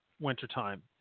wintertime